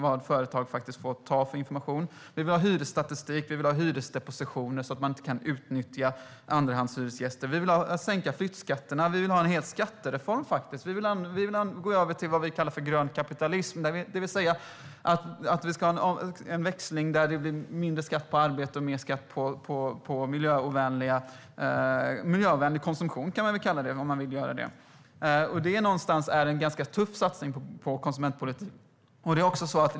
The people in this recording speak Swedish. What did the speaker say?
Vi vill ha hyresstatistik och hyresdeposition så att man inte kan utnyttja andrahandshyresgäster Vi vill sänka flyttskatten. Vi vill ha en hel skattereform faktiskt. Vi vill gå över till det som vi kallar för grön kapitalism, det vill säga en växling där det blir mindre skatt på arbete och mer skatt på miljöovänlig konsumtion. Det är en ganska tuff satsning på konsumentpolitik.